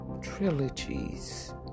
trilogies